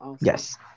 Yes